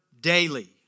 daily